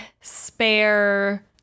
spare